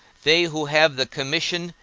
they who have the commission,